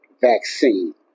vaccine